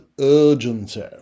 urgency